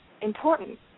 important